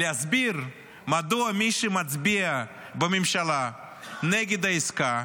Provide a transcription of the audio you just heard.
להסביר מדוע מי שמצביע בממשלה נגד העסקה